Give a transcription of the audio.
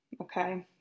okay